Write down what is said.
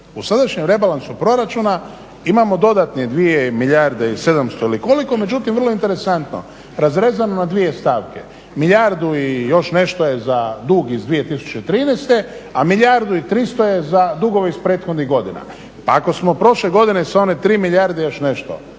U sadašnjem rebalansu proračuna imamo dodatne 2 milijarde i 700 ili koliko. Međutim, vrlo interesantno razrezano na dvije stavke, milijardu i još nešto je za dug iz 2013. a milijardu i 300 je za dugove iz prethodnih godina. Pa ako smo prošle godine sa one 3 milijarde i još nešto